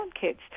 kids